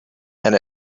and